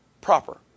proper